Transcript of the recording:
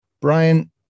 Brian